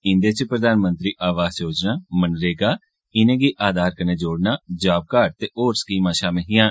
इंदे च प्रधानमंत्री आवास योजना मनरेगा इनेंगी आधार कन्नै जोड़ना जाब कार्ड ते होर स्कीमां षामिल हिआं